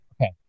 okay